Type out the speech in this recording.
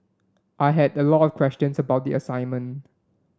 I had a lot of questions about the assignment